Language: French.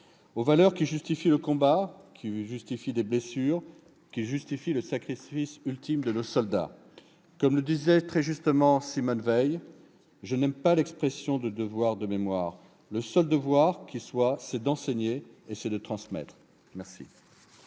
aux valeurs qui justifient le combat, les blessures, le sacrifice ultime de nos soldats. Comme le disait très justement Simone Veil :« Je n'aime pas l'expression de devoir de mémoire. Le seul devoir, c'est d'enseigner et de transmettre. »